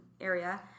area